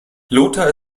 lothar